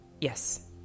Yes